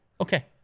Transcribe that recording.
Okay